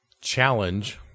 challenge